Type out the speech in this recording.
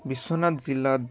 বিশ্বনাথ জিলাত